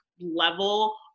level